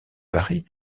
paris